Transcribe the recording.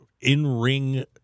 in-ring